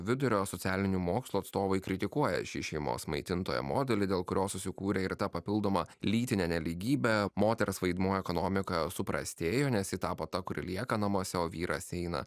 vidurio socialinių mokslų atstovai kritikuoja šį šeimos maitintojo modelį dėl kurio susikūrė ir ta papildoma lytinė nelygybė moters vaidmuo ekonomikoje suprastėjo nes ji tapo ta kuri lieka namuose o vyras eina